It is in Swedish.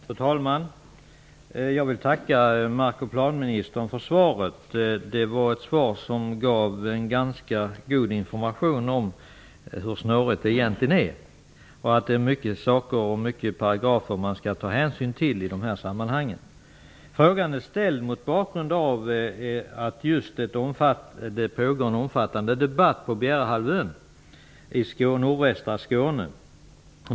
Fru talman! Jag vill tacka mark och planministern för svaret, vilket gav en ganska god information om hur snårigt det hela egentligen är. Det är många saker och paragrafer som man har att ta hänsyn till i dessa sammanhang. Frågan är ställd just mot bakgrund av att det pågår en omfattande debatt på Bjärehalvön i nordvästra Skåne.